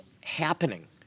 happening